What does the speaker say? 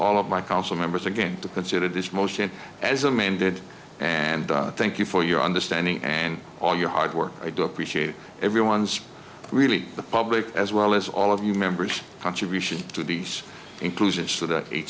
all of my council members again to consider this motion as amended and thank you for your understanding and all your hard work i do appreciate everyone's really the public as well as all of you members contribution to these inclusion so that each